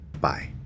Bye